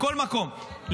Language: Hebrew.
בכל מקום,